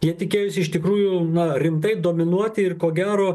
jie tikėjosi iš tikrųjų rimtai dominuoti ir ko gero